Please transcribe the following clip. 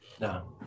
No